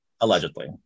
Allegedly